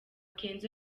kenzo